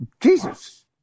Jesus